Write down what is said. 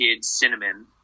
cinnamon